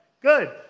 Good